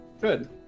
Good